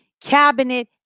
cabinet